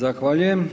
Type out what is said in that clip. Zahvaljujem.